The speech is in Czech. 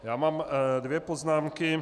Já mám dvě poznámky.